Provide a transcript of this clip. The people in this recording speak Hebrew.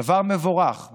דבר מבורך,